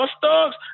thugs